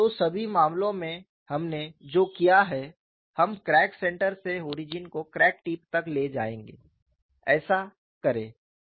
तो सभी मामलों में हमने जो किया है हम क्रैक सेंटर से ओरिजिन को क्रैक टिप तक ले जाएंगे ऐसा करें